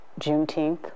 Juneteenth